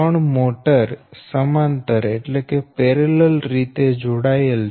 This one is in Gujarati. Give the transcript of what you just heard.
ત્રણ મોટર સમાંતર રીતે જોડાયેલ છે